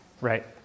Right